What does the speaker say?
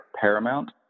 paramount